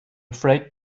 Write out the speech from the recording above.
afraid